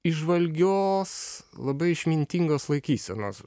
įžvalgios labai išmintingos laikysenos